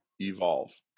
evolve